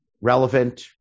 Relevant